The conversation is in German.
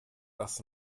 das